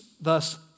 thus